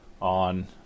on